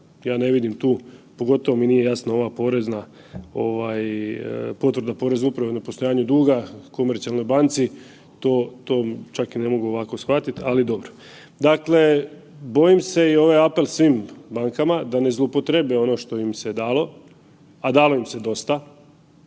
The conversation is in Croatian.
Ja ne vidim tu, pogotovo mi nije jasna ova porezna ovaj potvrda porezne uprave o nepostojanju duga Komercionalnoj banci, to, to čak i ne mogu ovako shvatit, ali dobro. Dakle, bojim se i ovo je apel svim bankama da ne zloupotrebe ono što im se dalo, a dalo im se dosta